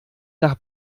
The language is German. nach